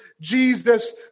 Jesus